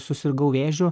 susirgau vėžiu